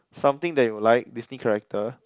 some thing that you'll like Disney character